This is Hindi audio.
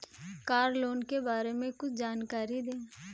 कार लोन के बारे में कुछ जानकारी दें?